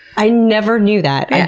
i never knew that.